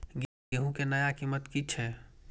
गेहूं के नया कीमत की छे?